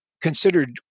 considered